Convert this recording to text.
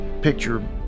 picture